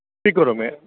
स्वीकरोमि